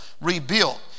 rebuilt